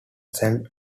san